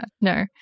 no